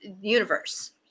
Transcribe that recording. universe